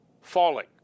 falling